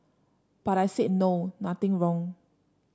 but I said no nothing wrong